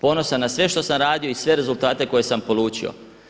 Ponosan na sve što sam radio i sve rezultate koje sam polučio.